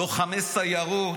לוחמי סיירות,